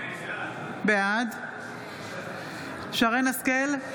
בעד שרן מרים השכל,